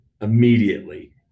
immediately